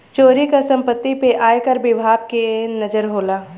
चोरी क सम्पति पे आयकर विभाग के नजर होला